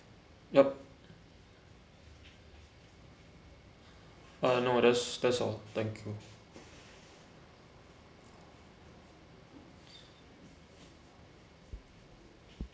yup uh no that's that's all thank you